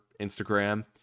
Instagram